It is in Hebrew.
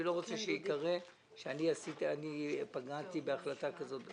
אני לא רוצה שיקרה שאני פגעתי בהחלטה כזאת.